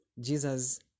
Jesus